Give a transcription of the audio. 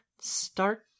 start